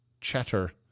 chatter